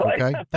okay